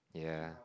yeah